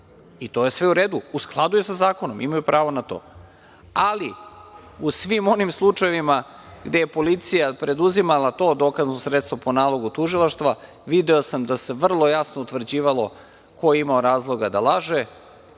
i to je sve uredu, u skladu je sa zakonom. Imaju pravo na to, ali u svim onim slučajevima gde je policija preduzimala to dokazno sredstvo po nalogu tužilaštva, video sam da se vrlo jasno utvrđivalo ko je imao razloga da laže,